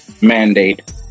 mandate